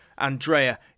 Andrea